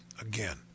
again